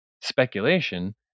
speculation